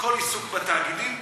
כל עיסוק בתאגידים לא,